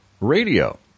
radio